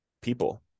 people